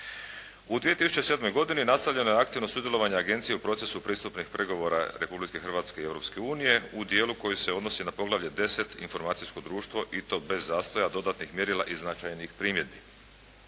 U 2007. godini nastavljeno je aktivno sudjelovanje agencije u procesu pristupnih pregovora Republike Hrvatske i Europske unije u dijelu koje se odnosi na poglavlje 10. – Informacijsko društvo i to bez zastoja, dodatnih mjerila i značajnih primjedbi.